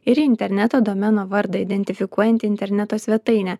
ir interneto domeno vardą identifikuojantį interneto svetainę